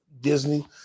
Disney